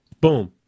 boom